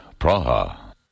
Praha